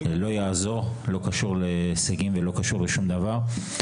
זה לא יעזור, זה לא קשור להישגים ולא לשום דבר.